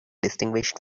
distinguished